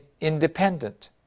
independent